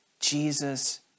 Jesus